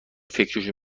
فکرشو